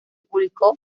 publicó